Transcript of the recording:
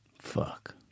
Fuck